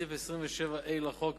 בסעיף 27ה לחוק,